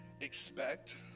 Expect